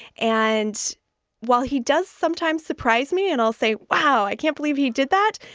and while he does sometimes surprise me and i'll say, wow, i can't believe he did that,